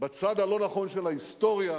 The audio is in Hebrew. בצד הלא-נכון של ההיסטוריה,